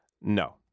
No